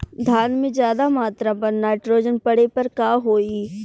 धान में ज्यादा मात्रा पर नाइट्रोजन पड़े पर का होई?